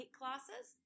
classes